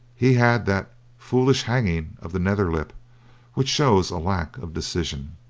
he had that foolish hanging of the nether lip which shows a lack of decision.